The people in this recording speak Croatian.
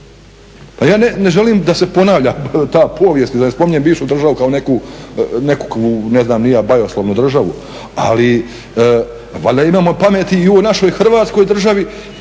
ja ne želim da se ponavlja ta povijest i da spominjem bivšu državu kao nekakvu ne znam ni ja bajoslovnu državu, ali valjda imamo pameti i u ovoj našoj Hrvatskoj državi